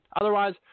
Otherwise